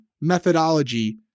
methodology